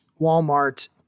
Walmart